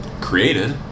created